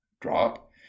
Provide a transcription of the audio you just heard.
drop